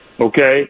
okay